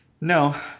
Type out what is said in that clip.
No